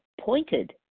pointed